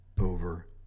over